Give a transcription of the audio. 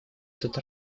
этот